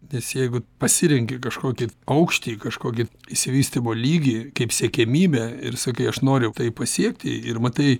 nes jeigu pasirenki kažkokį aukštį kažkokį išsivystymo lygį kaip siekiamybę ir sakai aš noriu tai pasiekti ir matai